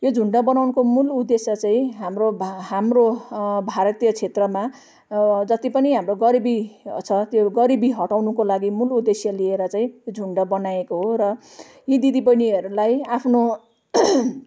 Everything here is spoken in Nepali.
यो झुण्ड बनाउनुको मूल उद्देश्य चाहिँ हाम्रो भा हाम्रो भारतीय क्षेत्रमा जति पनि हाम्रो गरिबी छ त्यो गरिबी हटाउनुको लागि मूल उद्देश्य लिएर चाहिँ त्यो झुण्ड बनाइएको हो र यी दिदीबहिनीहरूलाई आफ्नो